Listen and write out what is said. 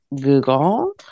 Google